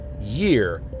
year